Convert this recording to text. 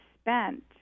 spent